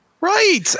Right